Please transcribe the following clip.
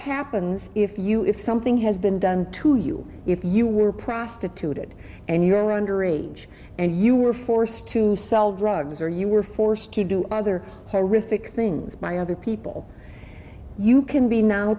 happens if you if something has been done to you if you were prostituted and you're underage and you were forced to sell drugs or you were forced to do other horrific things by other people you can be now